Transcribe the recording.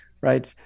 right